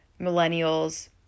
Millennials